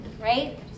Right